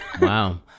Wow